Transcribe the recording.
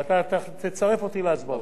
ואתה תצרף אותי להצבעות.